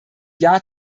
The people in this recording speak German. jahr